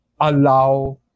allow